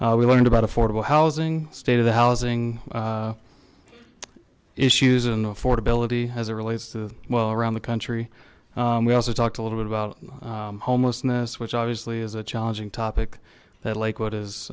we learned about affordable housing state of the housing issues and affordability as it relates to well around the country we also talked a little bit about homelessness which obviously is a challenging topic that lakewood